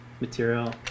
material